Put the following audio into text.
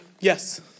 Yes